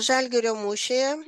žalgirio mūšyje